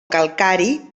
calcari